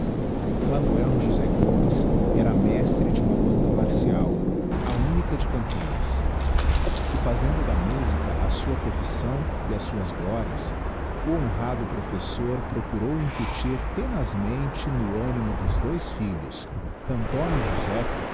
manoel josé gomes era mestre de uma banda marcial a única de campinas e fazendo da musica a sua profissão e as suas glorias o honrado professor procurou incutir tenazmente no animo dos dois filhos antónio e josé